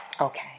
Okay